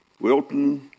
Wilton